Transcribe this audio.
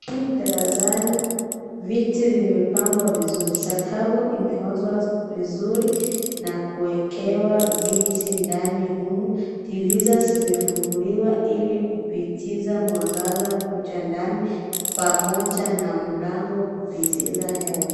Hapa ni darasani. Viti vimepangwa vizuri. Sakafu imeoshwa vizuri na kuwekewa viti ndano humu. Dirisha zimefunuliwa ili kupitisha mwangaza kuja ndani pamoja na mlango kupitisha hewa